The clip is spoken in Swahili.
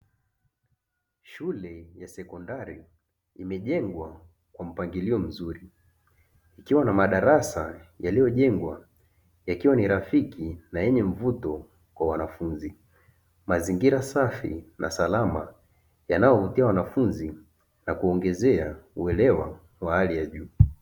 Shule ya sekondari imejengwa kwa mpangilio mzuri, ikiwa na madarasa yaliyojengwa yakiwa ni rafiki na yenye mvuto kwa wanafunzi. Mazingira safi na salama yanayovutia wanafunzi na kuongezea uelewa wa hali ya juu.